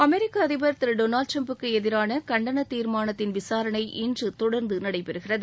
அமெரிக்க அதிபர் திரு டொளால்டு டிரம்ப்க்கு எதிரான கண்டன தீர்மானத்தின் விசாரணை இன்று தொடர்ந்து நடைபெறுகிறது